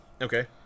Okay